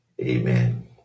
Amen